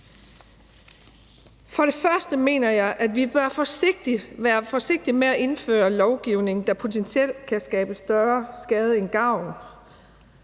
og fremmest mener jeg, at vi bør være forsigtige med at indføre lovgivning, der potentielt kan skabe større skade end gavn.